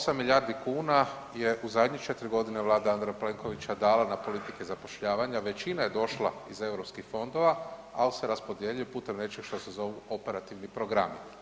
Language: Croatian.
8 milijardi kuna je u zadnje 4 godine Vlada Andreja Plenkovića dala na politike zapošljavanja, većina je došla iz EU fondova, ali se raspodjeljuje putem nečeg što se zovu operativni programi.